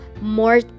more